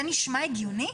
זה נשמע הגיוני?